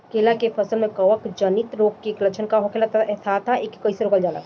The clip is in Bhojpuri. केला के फसल में कवक जनित रोग के लक्षण का होखेला तथा एके कइसे रोकल जाला?